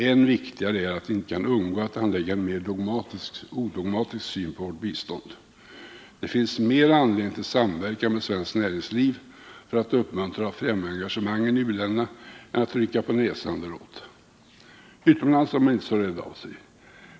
Ännu viktigare är att vi icke kan undgå att anlägga en mer odogmatisk syn på vårt bistånd. Det finns mera anledning till samverkan med svenskt näringsliv för att uppmuntra och främja engagemangen i u-länderna än till att rynka på näsan däråt. Utomlands är man inte så rädd.